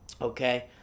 okay